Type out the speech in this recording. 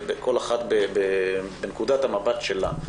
כל אחת מנקודת המבט שלה.